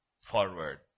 forward